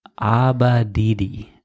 Abadidi